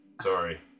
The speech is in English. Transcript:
sorry